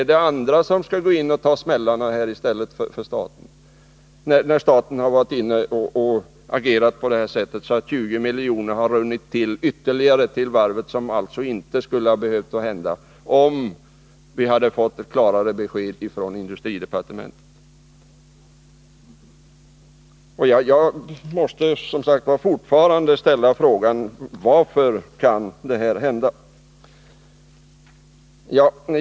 Är det andra som skall gå in och ta smällarna i stället för staten, sedan staten agerat så, att ytterligare 20 miljoner har ”runnit in” till varvet, vilket alltså inte skulle ha behövt hända om vi hade fått ett klarare besked från industridepartementet? Jag måste ännu en gång ställa frågan: Hur kan sådant här hända?